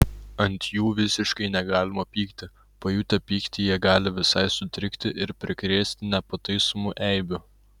ant jų visiškai negalima pykti pajutę pyktį jie gali visai sutrikti ir prikrėsti nepataisomų eibių